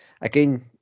again